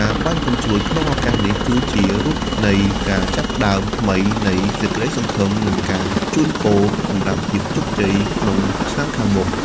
ការបាញ់កាំជ្រួចក្នុងឱកាសនេះ គឺជារូបនៃការចាប់ផ្ដើមថ្មីនៃសេចក្តីសង្ឃឹម និងការជូនពរសម្រាប់ភាពជោគជ័យក្នុងឆ្នាំខាងមុខ។